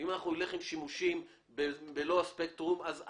אם אנחנו נלך על מלוא הספקטרום של השימושים,